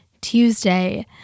Tuesday